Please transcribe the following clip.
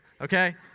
Okay